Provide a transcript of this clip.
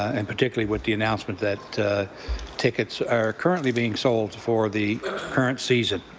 and particularly with the announcement that tickets are currently being sold for the current season.